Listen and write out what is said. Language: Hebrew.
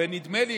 ונדמה לי,